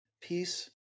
peace